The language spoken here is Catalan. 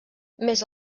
més